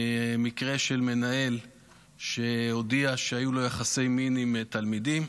מקרה של מנהל שהודיע שהיו לו יחסי מין עם תלמידים.